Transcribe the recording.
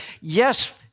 Yes